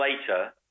later